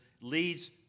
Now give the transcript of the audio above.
leads